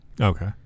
Okay